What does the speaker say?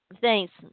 Thanks